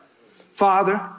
Father